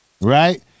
right